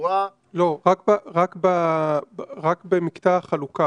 בתחבורה --- לא, רק במקטע החלוקה.